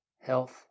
health